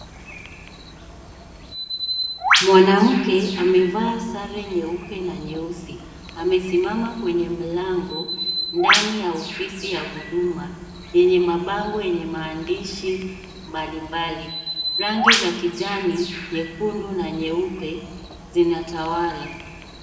Mwanamke amevaa sare nyuepe na nyeusi. Amesimama kwa mlango ya ofisi ya huduma yenye mabango yenye maandishi mbalimbali. Rangi za kijani nyekundu na nyeupe zinatawala.